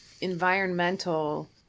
environmental